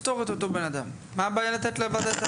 מה הבעיה לתת לוועדה את